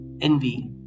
envy